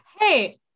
hey